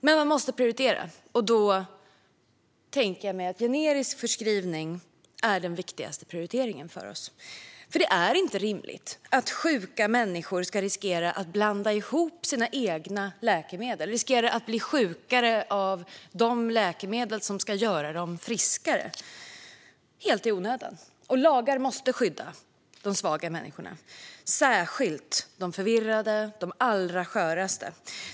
Man måste prioritera, och jag tänker mig att generisk förskrivning är den viktigaste prioriteringen för oss. Det är nämligen inte rimligt att sjuka människor ska riskera att blanda ihop sina egna läkemedel och helt i onödan riskera att bli sjukare av de läkemedel som ska göra dem friskare. Lagar måste skydda de svaga människorna, särskilt de förvirrade och de allra sköraste.